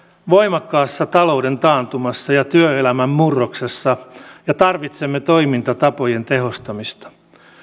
voimakkaassa talouden taantumassa ja työelämän murroksessa ja tarvitsemme toimintatapojen tehostamista